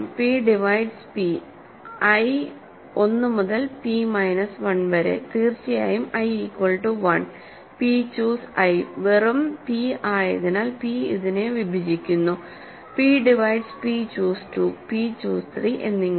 P divides p i 1 മുതൽ p minus 1 വരെ തീർച്ചയായും i equal to 1 p choose i വെറും p ആയതിനാൽ p അതിനെ വിഭജിക്കുന്നുപി divides p choose 2 p choose 3 എന്നിങ്ങനെ